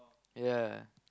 ya